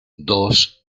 dos